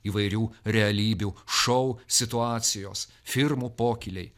įvairių realybių šou situacijos firmų pokyliai